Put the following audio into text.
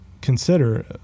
consider